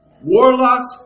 warlocks